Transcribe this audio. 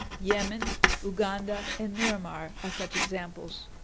yemen uganda and miramar are such examples.